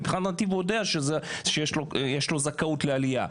מבחינת נתיב, הוא יודע שיש לו זכאות לעלייה.